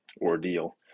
ordeal